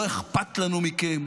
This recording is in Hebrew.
לא אכפת לנו מכם,